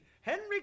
Henry